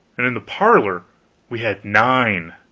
and in the parlor we had nine.